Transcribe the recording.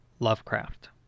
Lovecraft